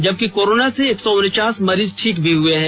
जबकि कोरोना से एक सौ उनचास मरीज ठीक हुए हैं